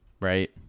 Right